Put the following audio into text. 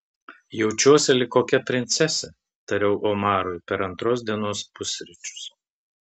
jaučiuosi lyg kokia princesė tariau omarui per antros dienos pusryčius